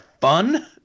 fun